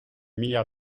milliards